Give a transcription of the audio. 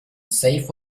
save